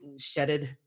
shedded